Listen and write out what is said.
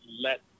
let